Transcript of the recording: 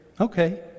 okay